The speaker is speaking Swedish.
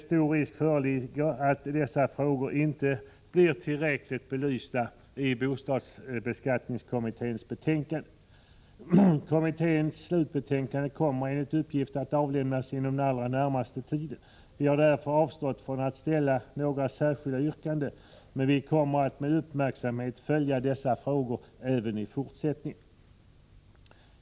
Stor risk föreligger att dessa frågor inte blir tillräckligt belysta i bostadskommitténs betänkande. Kommitténs slutbetänkande kommer enligt uppgift att avlämnas inom den allra närmaste tiden. Vi har därför avstått från att ställa några särskilda yrkanden, men vi kommer att med uppmärksamhet följa dessa frågor även i fortsättningen.